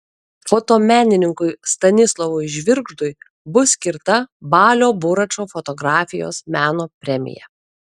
fotomenininkui stanislovui žvirgždui bus skirta balio buračo fotografijos meno premija